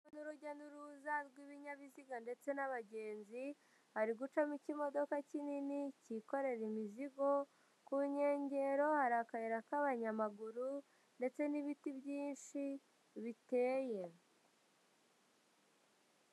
Urujya n'uruza rw'ibinyabiziga ndetse n'abagenzi, hari gucamo ikimodoka kinini kikorera imizigo, ku nkengero hari akayira k'abanyamaguru ndetse n'ibiti byinshi biteye.